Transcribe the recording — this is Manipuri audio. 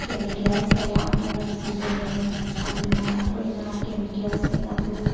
ꯀꯦꯃꯤꯀꯦꯜꯁ ꯀꯌꯥ ꯑꯃꯔꯣꯝ ꯁꯤꯖꯤꯟꯅꯩ ꯑꯗꯨꯅ ꯑꯩꯈꯣꯏꯅ ꯀꯦꯃꯤꯀꯦꯜꯁꯁꯤꯡ ꯑꯗꯨ